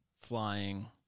flying